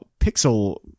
pixel